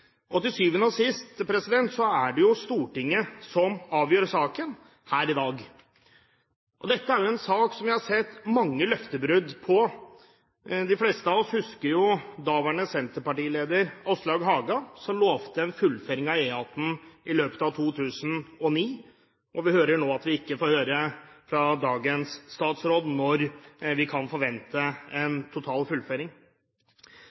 bompenger. Til syvende og sist er det Stortinget som avgjør saken her i dag. Dette er en sak der vi har sett mange løftebrudd. De fleste av oss husker daværende senterpartileder Åslaug Haga som lovet fullføring av E18 i løpet av 2009, og nå hører vi fra dagens statsråd at vi ikke får vite når vi kan forvente